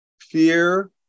fear